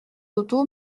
d’auto